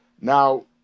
Now